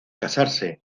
casarse